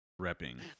repping